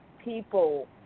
people